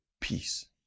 peace